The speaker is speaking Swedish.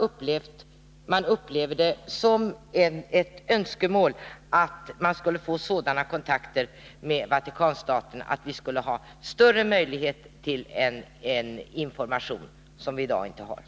Det upplevs som ett önskemål att få sådana kontakter med Vatikanen att vi erhåller större möjligheter än i dag att få information.